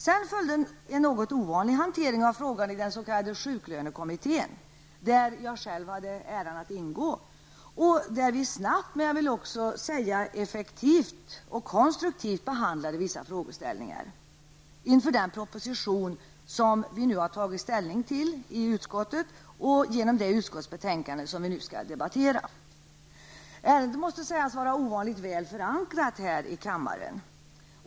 Sedan följde en något ovanlig hantering av frågan i den s.k. sjuklönekommittén -- i vilken jag själv hade äran att ingå -- där vi snabbt, men jag vill också säga effektivt, och konstruktivt behandlade vissa frågeställningar inför den proposition som vi i utskottet nu har tagit ställning till genom det utskottsbetänkande som vi nu skall behandla. Ärendet måste sägas vara ovanligt väl förankrat i denna kammare.